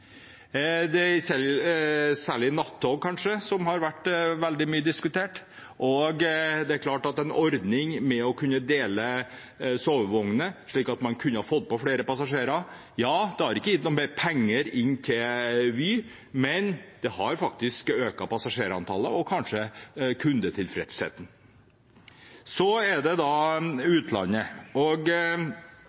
togtilbudet. Det er kanskje særlig nattog som har blitt veldig mye diskutert. Det er klart at en ordning med å kunne dele sovevogner, slik at man kunne fått med flere passasjerer, ikke hadde gitt mer penger til Vy, men det hadde faktisk økt passasjerantallet og kanskje kundetilfredsheten. Så til utlandet: Vi hadde også håpet at det